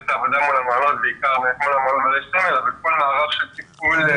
את העבודה אבל כאן יש מערך של טיפול.